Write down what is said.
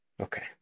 okay